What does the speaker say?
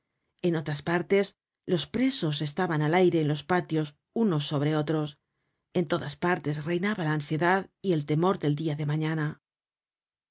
en otras partes los presos estaban al aire en los patios unos sobre otros en todas partes reinaba la ansiedad y el temor del dia de mañana